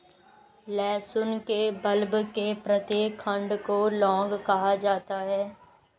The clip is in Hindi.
लहसुन के बल्ब के प्रत्येक खंड को लौंग कहा जाता है